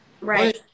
right